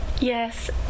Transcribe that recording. Yes